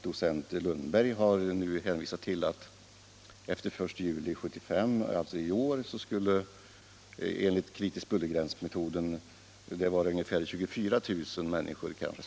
Docent Lundberg har hänvisat till att efter den 1 juli i år skulle antalet människor inom kritisk bullergräns vara ungefär 24 000.